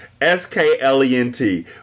S-K-L-E-N-T